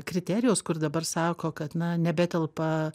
kriterijaus kur dabar sako kad na nebetelpa